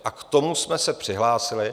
A k tomu jsme se přihlásili.